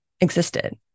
existed